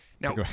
Now